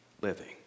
living